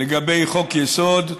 לגבי חוק-יסוד.